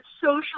social